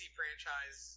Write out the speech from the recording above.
franchise